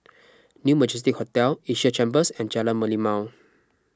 New Majestic Hotel Asia Chambers and Jalan Merlimau